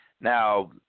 Now